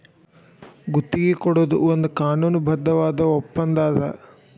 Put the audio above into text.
ಗುತ್ತಿಗಿ ಕೊಡೊದು ಒಂದ್ ಕಾನೂನುಬದ್ಧವಾದ ಒಪ್ಪಂದಾ ಅದ